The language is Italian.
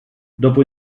dopo